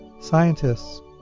scientists